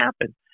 happen